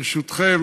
ברשותכם,